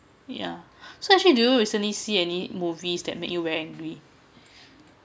ya so actually do you recently see any movies that make you very angry